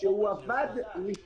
מה אתם רוצים?